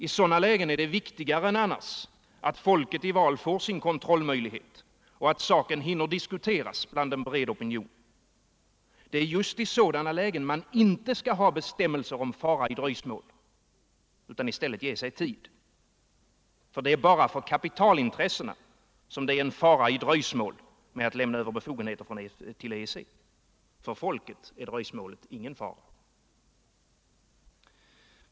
I sådana lägen är det viktigare än annars att folket i val får sin kontrollmöjlighet och att saken hinner diskuteras. Det är just i sådana lägen man inte skall ha bestämmelser om fara i dröjsmål utan i stället ge sig tid. Det är bara för kapitalintressena som det är en fara i dröjsmål med att lämna över befogenheter till EG. För folket är dröjsmålet ingen fara.